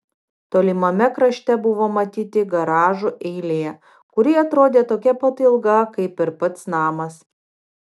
tolimame krašte buvo matyti garažų eilė kuri atrodė tokia pat ilga kaip ir pats namas